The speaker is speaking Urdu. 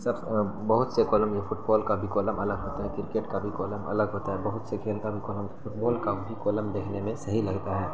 سب بہت سے کالم جیسے فٹبال کا بھی کالم الگ ہوتا ہے کرکٹ کا بھی کالم الگ ہوتا ہے بہت سے کھیل کا بھی کالم فٹبال کا بھی کالم دیکھنے میں صحیح لگتا ہے